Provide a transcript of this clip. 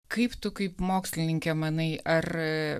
kaip tu kaip mokslininkė manai ar